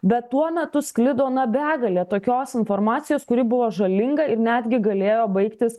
bet tuo metu sklido na begalė tokios informacijos kuri buvo žalinga ir netgi galėjo baigtis